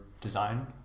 design